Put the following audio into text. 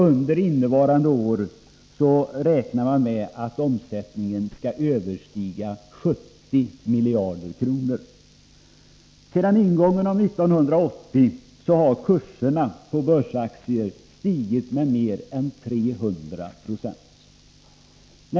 Under innevarande år räknar man med att omsättningen skall överstiga 70 miljarder kronor. Sedan ingången av 1980 har kurserna på börsens aktier stigit med mer än 300 96.